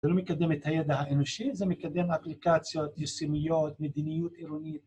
זה לא מקדם את הידע האנושי, זה מקדם אפליקציות יישומיות, מדיניות עירוניות.